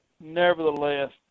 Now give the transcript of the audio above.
nevertheless